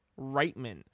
Reitman